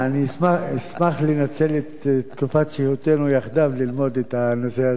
אני אשמח לנצל את תקופת שהותנו יחדיו ללמוד את הנושא הזה.